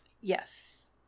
Yes